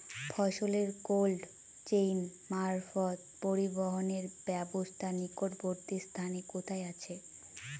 ফসলের cold chain মারফত পরিবহনের ব্যাবস্থা নিকটবর্তী স্থানে কোথায় আছে?